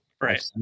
Right